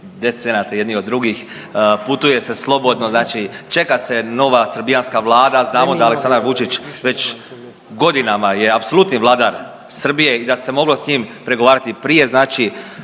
tu 10 … jedni od drugih, putuje se slobodno. Znači čeka se nova srbijanska Vlada. Znamo da Aleksandar Vučić već godinama je apsolutni vladar Srbije i da se moglo s njim pregovarati prije.